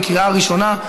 בקריאה ראשונה.